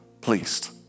pleased